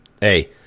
hey